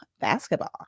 Basketball